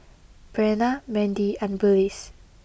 Brenna Mendy and Willis